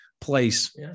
place